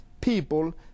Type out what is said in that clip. people